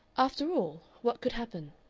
after all, what could happen?